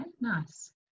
Nice